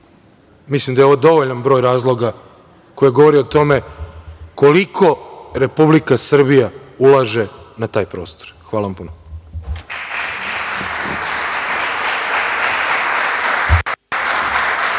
mislim da je ovo dovoljan broj razloga koje govore o tome, koliko Republika Srbija ulaže na taj prostor. Hvala puno.